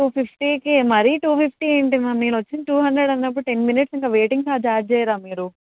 two ఫిఫ్టీకి మరి two fifty ఏంటి మ్యామ్ నేను వచ్చిన టూ హండ్రెడ్ అన్నప్పుడు టెన్ మినిట్స్ ఇంకా వెయిటింగ్ చార్జ్ యాడ్ చేయరా మీరు